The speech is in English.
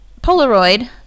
Polaroid